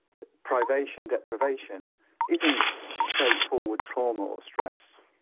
that privation, deprivation isn't straightforward trauma or stress.